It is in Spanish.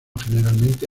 generalmente